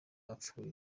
wapfuye